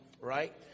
right